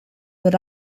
that